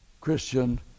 Christian